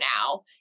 now